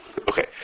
Okay